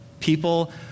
People